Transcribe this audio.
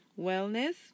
wellness